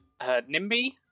Nimby